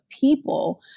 people